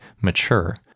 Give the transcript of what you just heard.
mature